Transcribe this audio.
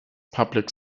public